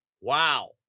Wow